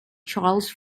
charles